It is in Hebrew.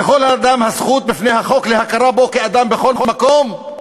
"לכל אדם הזכות בפני החוק להכרה בו כאדם בכל מקום"